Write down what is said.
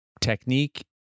technique